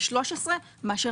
13 מאשר